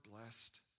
blessed